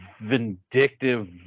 vindictive